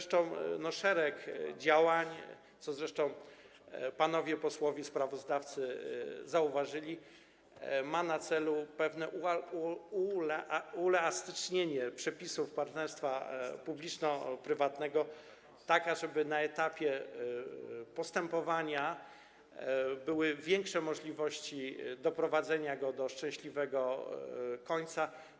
Szereg działań, co zresztą panowie posłowie sprawozdawcy zauważyli, ma na celu pewne uelastycznienie przepisów partnerstwa publiczno-prywatnego, tak ażeby na etapie postępowania były większe możliwości doprowadzenia go do szczęśliwego końca.